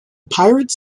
pirates